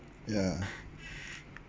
yeah